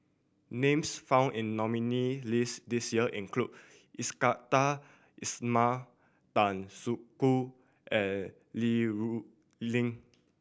names found in the nominees' list this year include Iskandar Ismail Tan Soo Khoon and Li Rulin